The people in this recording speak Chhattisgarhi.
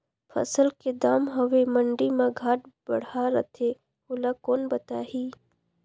फसल के दम हवे मंडी मा घाट बढ़ा रथे ओला कोन बताही?